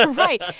ah right.